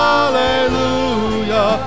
Hallelujah